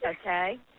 okay